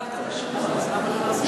התחייבתם לשימוע, אז למה לא לעשות את זה?